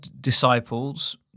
disciples